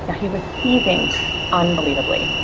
yeah he was seizing unbelievably.